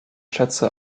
schätze